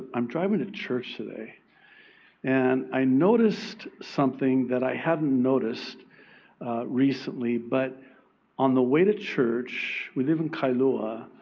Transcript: i'm driving to church today and i noticed something that i hadn't noticed recently. but on the way to church, we live in kalua,